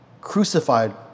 crucified